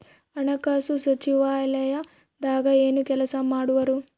ಹಣಕಾಸು ಸಚಿವಾಲಯದಾಗ ಏನು ಕೆಲಸ ಮಾಡುವರು?